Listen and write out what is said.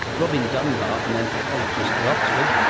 robin dunbar, an anthropologist at oxford,